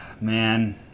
man